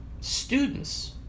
students